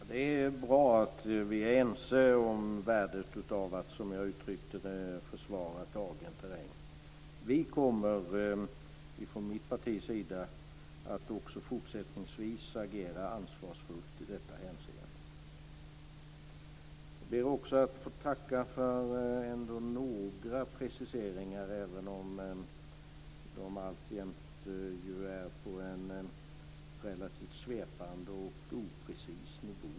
Fru talman! Det är bra att vi är ense om värdet av att, som jag uttryckte det, försvara tagen terräng. Vi kommer från mitt partis sida att också fortsättningsvis agera ansvarsfullt i detta hänseende. Jag ber också att få tacka för att det ändå blev några preciseringar, även om de alltjämt är på en relativt svepande och oprecis nivå.